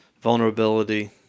vulnerability